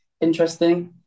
interesting